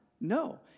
No